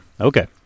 Okay